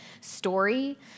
story